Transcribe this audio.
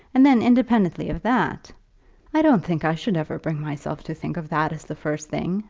and then, independently of that i don't think i should ever bring myself to think of that as the first thing,